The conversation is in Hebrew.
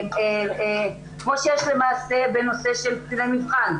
כמו שיש למעשה בנושא של קציני מבחן.